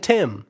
Tim